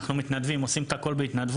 אנחנו מתנדבים, עושים את הכול בהתנדבות.